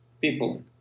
people